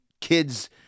kids